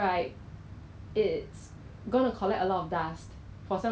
um there are many many videos circulating